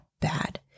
bad